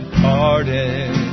pardon